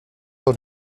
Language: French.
dans